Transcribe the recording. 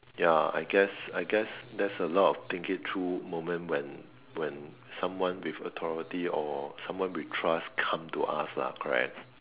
ya I guess I guess that's a lot of think it through moment when when someone with authority or someone with trust come to us lah correct